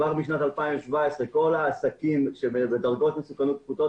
כבר בשנת 2017 כל העסקים בדרגות מסוכנות פחותות